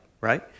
right